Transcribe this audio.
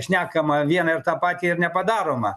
šnekama vieną ir tą patį ir nepadaroma